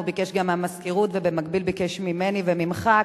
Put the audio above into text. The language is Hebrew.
הוא ביקש גם מהמזכירות ובמקביל ביקש ממני וממך.